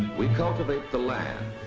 we cultivate the land.